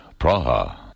Praha